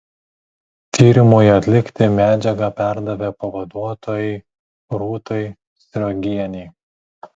tyrimui atlikti medžiagą perdavė pavaduotojai rūtai sriogienei